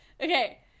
okay